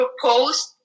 proposed